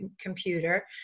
computer